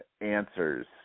answers